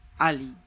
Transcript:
Ali